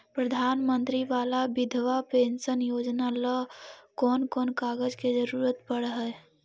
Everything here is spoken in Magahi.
प्रधानमंत्री बाला बिधवा पेंसन योजना ल कोन कोन कागज के जरुरत पड़ है?